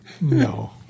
no